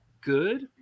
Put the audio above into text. good